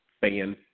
fan